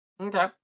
okay